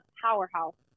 powerhouse